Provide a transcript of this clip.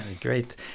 great